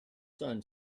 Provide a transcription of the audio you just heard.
sun